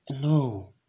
No